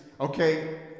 okay